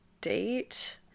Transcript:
date